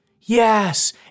Yes